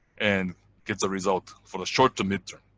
and gives a result for the short to mid term.